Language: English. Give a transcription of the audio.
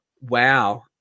wow